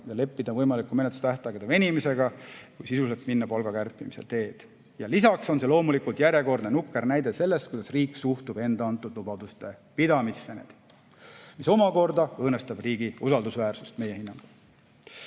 ja leppida võimaliku menetlustähtaegade venimisega, kui sisuliselt minna palga kärpimise teed. Lisaks on see loomulikult järjekordne nukker näide sellest, kuidas riik suhtub enda antud lubaduste pidamisse, mis meie hinnangul omakorda õõnestab riigi usaldusväärsust. Lisaks